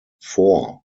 four